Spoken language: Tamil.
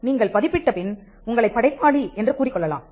நீங்கள் பதிப்பிட்ட பின் உங்களை படைப்பாளி என்று கூறிக்கொள்ளலாம்